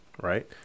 right